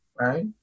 right